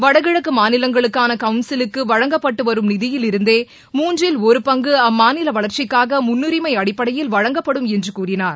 வடகிழக்கு மாநிலங்களுக்கான கவுன்சிலுக்கு வழங்கப்பட்டு வரும் நிதியிலிருந்தே மூன்றில் ஒரு பங்கு அம்மாநில வளர்ச்சிக்காக முன்னுரிமை அடிப்படையில் வழங்கப்படும் என்று கூறினார்